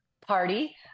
party